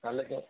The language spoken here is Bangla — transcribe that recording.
তাহলে তো